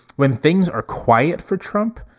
when things are quiet for trump,